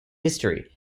history